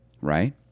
right